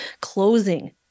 closing